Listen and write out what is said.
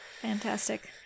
Fantastic